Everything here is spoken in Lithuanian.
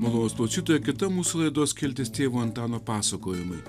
malonūs klausytojai kita mūsų laidos skiltis tėvo antano pasakojimai